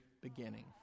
beginning